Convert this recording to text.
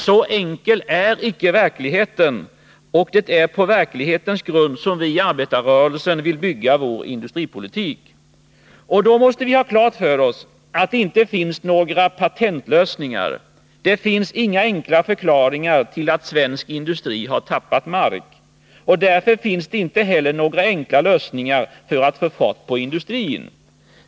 Så enkel är icke verkligheten, och det är på verklighetens grund som vi i arbetarrörelsen vill bygga vår industripolitik. - Då måste vi har klart för oss att det inte finns några patentlösningar. Det finns inga enkla förklaringar till att svensk industri har tappat mark. Och därför finns det inte heller några enkla lösningar för att få fart på industrin.